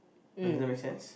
does that make sense